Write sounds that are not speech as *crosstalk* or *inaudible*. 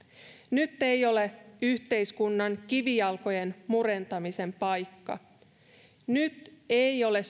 nyt ei ole yhteiskunnan kivijalkojen murentamisen paikka nyt ei ole *unintelligible*